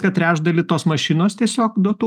kad trečdalį tos mašinos tiesiog dotuoja